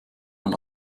man